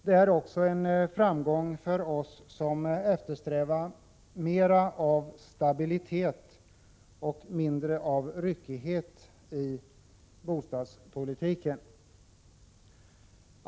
Det är också en framgång för oss som eftersträvar mer stabilitet och mindre ryckighet i bostadspolitiken.